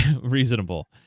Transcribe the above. reasonable